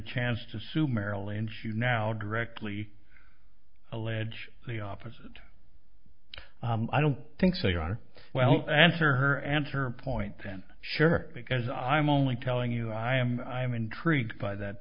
chance to sue merrill lynch you now directly allege the opposite i don't think so your honor well answer her answer point then sure because i'm only telling you i am i am intrigued by that